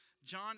John